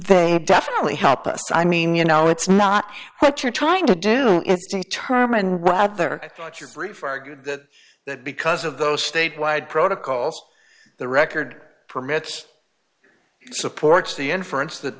they definitely help us i mean you know it's not what you're trying to do it's a term and rather what you're free for argued that that because of those statewide protocols the record permits supports the inference that